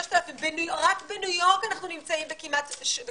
באנגליה 6,000. רק בניו יורק אנחנו נמצאים בכמעט 3,000-2,500,